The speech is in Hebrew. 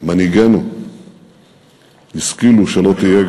מנהיגינו השכילו, שגם לא תהיה,